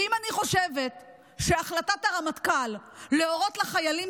ואם אני חושבת שהחלטת הרמטכ"ל להורות לחיילים